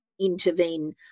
intervene